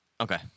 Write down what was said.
Okay